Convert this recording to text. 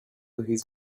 his